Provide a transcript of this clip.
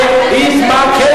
להתמקח.